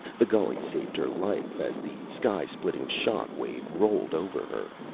the gully saved her life as the sky-splitting shock wave rolled over her.